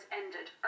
ended